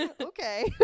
okay